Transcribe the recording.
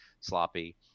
sloppy